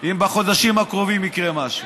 אם בחודשים הקרובים יקרה משהו.